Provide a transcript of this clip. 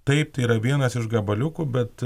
taip tai yra vienas iš gabaliukų bet